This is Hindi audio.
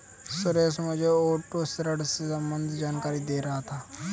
सुरेश मुझे ऑटो ऋण से संबंधित जानकारी दे रहा था